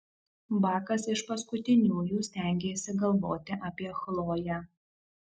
bakas iš paskutiniųjų stengėsi galvoti apie chloję